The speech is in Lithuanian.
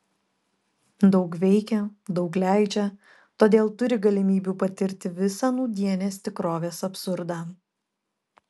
daug veikia daug leidžia todėl turi galimybių patirti visą nūdienės tikrovės absurdą